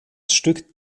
stück